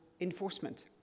enforcement